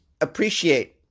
appreciate